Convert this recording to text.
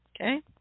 Okay